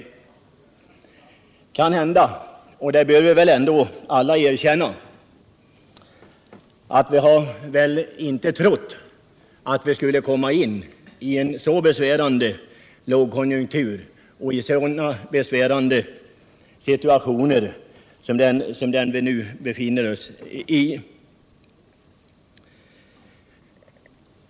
Det kan hända — och det bör vi ändå alla erkänna — att vi inte har trott att vi skulle komma in i en så besvärande lågkonjunktur och i en så besvärande struktursituation som vi nu befinner oss i.